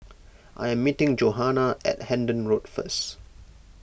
I am meeting Johannah at Hendon Road first